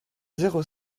zéro